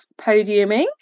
podiuming